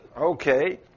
Okay